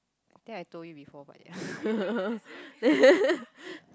I think I told you before but ya